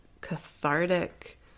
cathartic